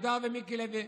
אבידר ומיקי לוי.